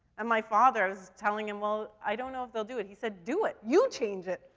and my father, i was telling him, well, i don't know if they'll do it. he said, do it. you change it.